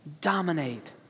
dominate